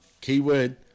keyword